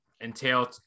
entail